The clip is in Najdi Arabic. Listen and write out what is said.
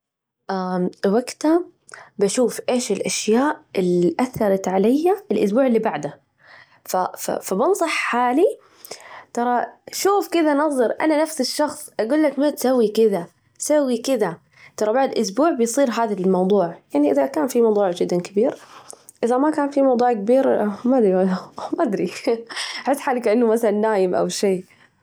وجتها بشوف إيش الأشياء اللي أثرت علي الأسبوع اللي بعده، ف ف فبنصح حالي، ترى شوف كذا نظر أنا نفس الشخص أجول لك ما تسوي كده، سوي كده ، ترى بعد أسبوع بيصير هذا الموضوع ، يعني إذا كان في موضوع جداً كبير، إذا ما كان في موضوع كبير، ما أدري، ما أدري أحس حالي كأنه مثلاً نايم أو شي.